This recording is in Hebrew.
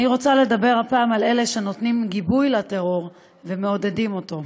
אני רוצה לדבר הפעם על אלה שנותנים גיבוי לטרור ומעודדים אותו.